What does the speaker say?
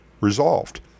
resolved